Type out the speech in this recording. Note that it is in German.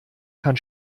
kann